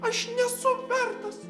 aš nesu vertas